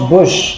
Bush